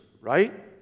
right